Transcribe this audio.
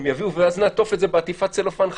הם יביאו ואז נעטוף את זה בעטיפת צלופן חדשה.